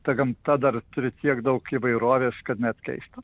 ta gamta dar turi tiek daug įvairovės kad net keista